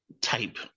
type